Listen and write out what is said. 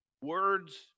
Words